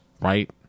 right